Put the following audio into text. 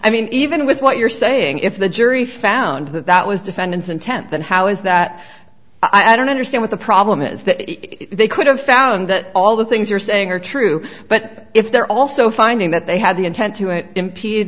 i mean even with what you're saying if the jury found that that was defendant's intent then how is that i don't understand what the problem is that they could have found that all the things you're saying are true but if they're also finding that they had the intent to it impede